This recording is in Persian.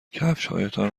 کفشهایتان